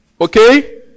okay